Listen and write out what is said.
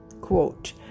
Quote